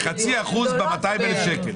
זה חצי אחוז מ-200,000 שקל.